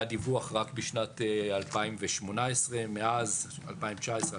היה דיווח רק בשנת 2018. מאז 2019,